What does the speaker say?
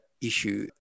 issue